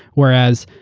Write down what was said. whereas,